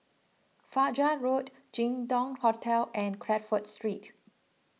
Fajar Road Jin Dong Hotel and Crawford Street